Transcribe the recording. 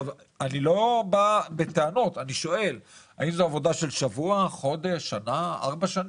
האם זו עבודה של שבוע, חודש, שנה, ארבע שנים?